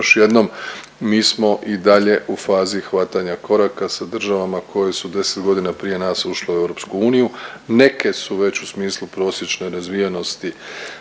još jednom mi smo i dalje u fazi hvatanja koraka sa državama koje su 10 godina prije nas ušle u EU. Neke su već u smislu prosječne razvijenosti